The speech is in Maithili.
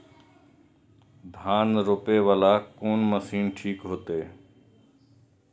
धान रोपे वाला कोन मशीन ठीक होते?